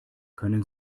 können